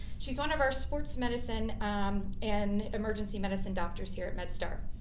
she's one of our sports medicine and emergency medicine doctors here at medstar.